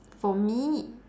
for me